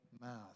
mouth